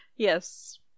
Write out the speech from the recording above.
Yes